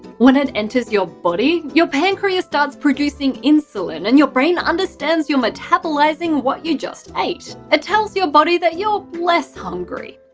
when it enters your body, your pancreas starts producing insulin and your brain understands you're metabolising what you just ate. it tells your body that you're less hungry.